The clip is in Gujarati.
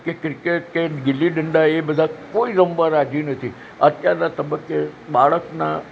કે ક્રિકેટ કે ગિલ્લી દંડા એ બધા કોઈ રમવા રાજી નથી અત્યારના તબક્કે બાળકના